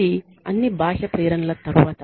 ఇది అన్ని బాహ్య ప్రేరణల తర్వాత